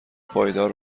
پایدار